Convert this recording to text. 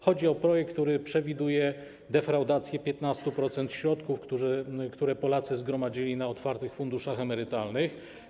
Chodzi o projekt, który przewiduje defraudację 15% środków, które Polacy zgromadzili na otwartych funduszach emerytalnych.